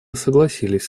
согласились